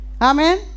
Amen